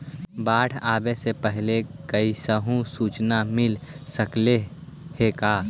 बाढ़ आवे से पहले कैसहु सुचना मिल सकले हे का?